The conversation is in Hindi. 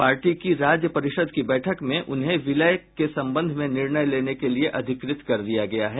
पार्टी की राज्य परिषद की बैठक में उन्हें विलय के संबंध में निर्णय लेने के लिए अधिकृत कर दिया गया है